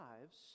lives